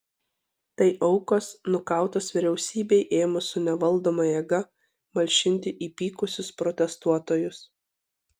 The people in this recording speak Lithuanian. tai aukos nukautos vyriausybei ėmus su nevaldoma jėga malšinti įpykusius protestuotojus